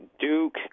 Duke